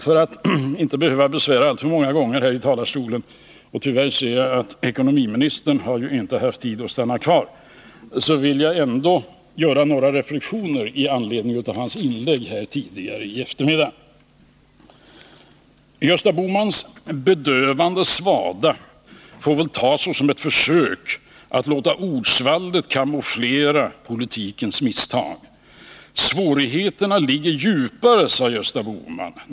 För att inte behöva besvära alltför många gånger med inlägg här i talarstolen vill jag — även om jag ser att ekonomiministern tyvärr inte haft tid att stanna kvar — också göra några reflexioner med anledning av dennes inlägg här tidigare i eftermiddag. Gösta Bohmans bedövande svada får väl tas som ett försök att låta ordsvallet camouflera politikens misstag. — Svårigheterna ligger djupare, sade Gösta Bohman.